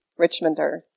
Richmonders